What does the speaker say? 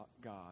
God